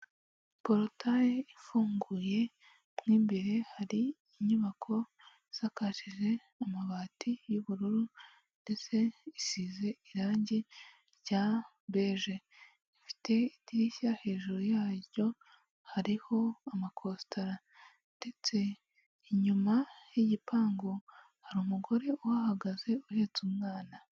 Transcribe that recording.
Porotaye ifunguye mo imbere hari inyubako isakashije amabati y'ubururu, ndetse isize irangi rya beje, ifite idirishya hejuru yaryo hariho amakositara, ndetse inyuma y'igipangu hari umugore uhahagaze uheretse umwana.